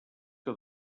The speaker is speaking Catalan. que